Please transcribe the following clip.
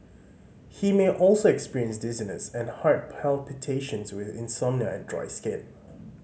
he may also experience dizziness and heart palpitations with insomnia and dry skin